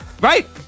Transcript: Right